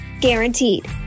guaranteed